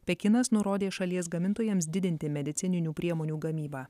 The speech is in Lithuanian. pekinas nurodė šalies gamintojams didinti medicininių priemonių gamybą